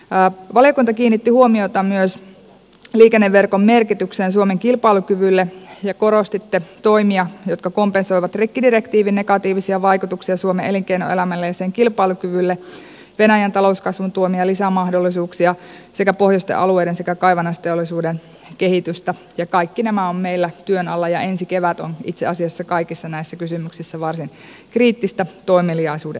valiokunta kiinnitti huomiota myös liikenneverkon merkitykseen suomen kilpailukyvylle ja korostitte toimia jotka kompensoivat rikkidirektiivin negatiivisia vaikutuksia suomen elinkeinoelämään ja sen kilpailukykyyn venäjän talouskasvun tuomia lisämahdollisuuksia sekä pohjoisten alueiden sekä kaivannaisteollisuuden kehitystä ja kaikki nämä ovat meillä työn alla ja ensi kevät on itse asiassa kaikissa näissä kysymyksissä varsin kriittistä toimeliaisuuden aikaa